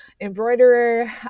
embroiderer